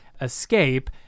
escape